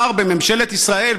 שרה בממשלת ישראל,